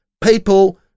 people